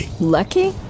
Lucky